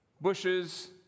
Bushes